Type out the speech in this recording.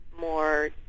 more